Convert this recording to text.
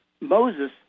Moses